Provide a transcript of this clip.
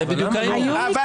זה בדיוק העניין.